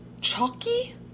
chalky